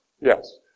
yes